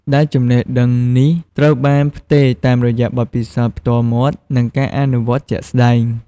ដែលចំណេះដឹងនេះត្រូវបានផ្ទេរតាមរយៈបទពិសោធន៍ផ្ទាល់មាត់ និងការអនុវត្តជាក់ស្ដែង។